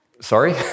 sorry